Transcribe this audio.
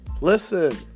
Listen